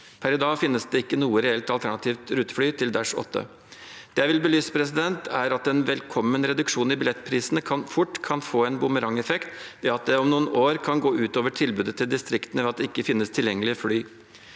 Per i dag finnes det ikke noe reelt alternativt rutefly til Dash 8. Det jeg vil belyse, er at en velkommen reduksjon i billettprisene fort kan få en bumerangeffekt ved at det om noen år kan gå ut over tilbudet til distriktene fordi det ikke finnes tilgjengelige fly.